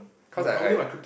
cause I I